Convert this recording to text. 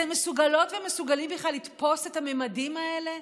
אתם מסוגלות ומסוגלים בכלל לתפוס את הממדים האלה?